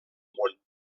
món